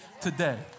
today